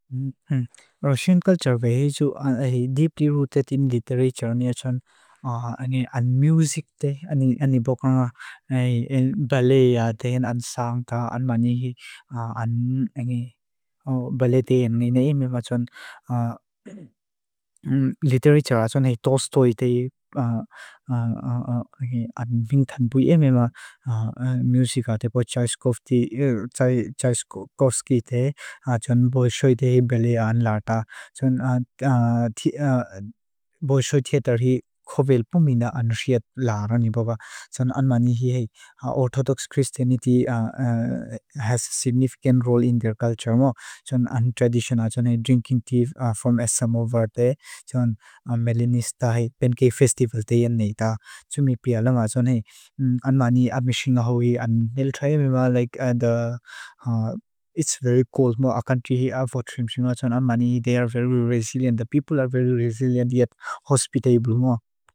Russian culture hi dipri-routetim literature nia chon ane ane music te, ane bokonga balei ade ane song ta. Ane mani hi ane balei de, nene imem a chon literature a chon hi tostoitei ane bintan pui emem a music a te po chas kofti. Chon boi soi de hi balei a ane la ta chon boi soi te tar hi kovel pui me na ane shiet la rani baba chon ane mani hi hi a autotox christianity has a significant role in their culture. Mo chon untradition a chon hi drinking tea form SM over de chon melanista hi benke festival de hi ane ta chon hi piya lama. Chon hi ane mani abmishinga hui ane nel trai emem a like and it's very cold mo a kanchi hi a vo chon shim shi mani. They are very resilient the people are very resilient yet hospitable mo.